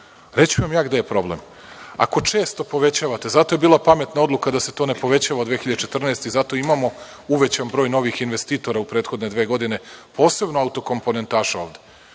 ću vam ja gde je problem. Ako često povećavate, zato je bila pametna odluka da se to ne povećava u 2014. godini i zato imamo uvećan broj novih investitora u prethodne dve godine, posebno autokomponentaša ovde,